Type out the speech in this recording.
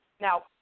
Now